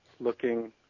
looking